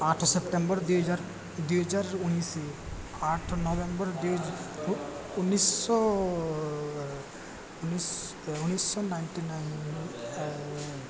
ଆଠ ସେପ୍ଟେମ୍ବର୍ ଦୁଇ ହଜାର ଦୁଇ ହଜାର ଉଣେଇଶଶହ ଆଠ ନଭେମ୍ବର୍ ଉଣେଇଶଶହ ଉଣେଇଶଶହ ନାଇନ୍ଟି ନାଇନ୍